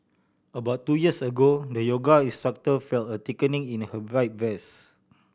about two years ago the yoga instructor felt a thickening in her right breast